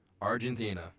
Argentina